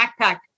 backpack